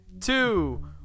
two